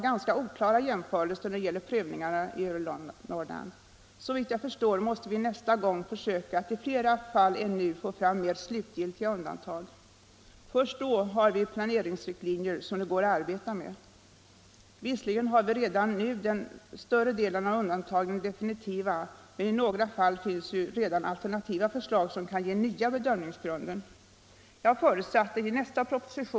Inom de konsumtionsbegränsande åtgärdernas ram ligger också de föreslagna ändringarna i byggnadsstadgan, ändringar som skall göra det möjligt att få byggnormer som direkt inriktar sig på energibesparing. Utskottet står enigt bakom detta och är också enigt om att normernas utformning kräver ytterligare överväganden, främst inom planverket.